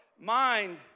mind